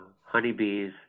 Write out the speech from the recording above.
honeybees